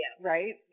right